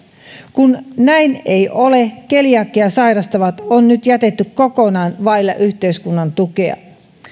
kun näin ei ole keliakiaa sairastavat on nyt jätetty kokonaan vaille yhteiskunnan tukea